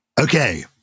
Okay